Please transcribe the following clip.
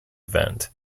event